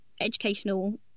educational